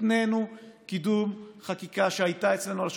התנינו קידום חקיקה שהייתה אצלנו על השולחן,